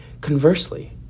Conversely